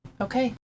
Okay